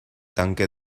tanque